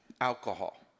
alcohol